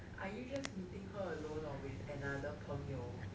are you just meeting her alone or with another 朋友